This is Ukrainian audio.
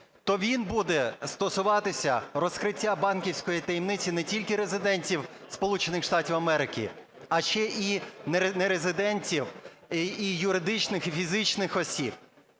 то він буде стосуватися розкриття банківської таємниці не тільки резидентів Сполучених Штатів Америки, а ще і нерезидентів і юридичних, і фізичних осіб